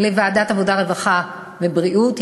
בוועדת העבודה, הרווחה והבריאות.